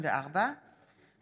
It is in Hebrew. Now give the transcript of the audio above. התשפ"א 2021,